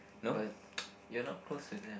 but you're not close with them